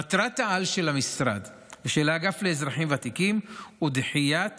מטרת-העל של המשרד ושל האגף לאזרחים ותיקים היא דחיית